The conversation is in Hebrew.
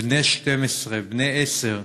בני 12, בני 10,